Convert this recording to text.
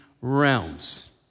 realms